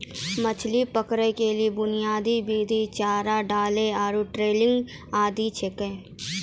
मछरी पकड़ै केरो बुनियादी विधि चारा डालना आरु ट्रॉलिंग आदि छिकै